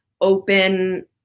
open